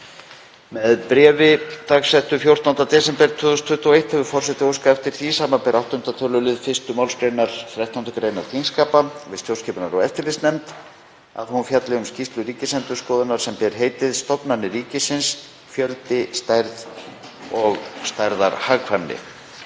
Með bréfi, dagsettu 14. desember 2021, hefur forseti óskað eftir því, samanber 8. tölulið 1. mgr. 13 gr. þingskapa, við stjórnskipunar- og eftirlitsnefnd að hún fjalli um skýrslu Ríkisendurskoðunar sem ber heitið Stofnanir ríkisins. Fjöldi, stærð og stærðarhagkvæmni.